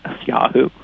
Yahoo